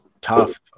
tough